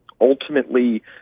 Ultimately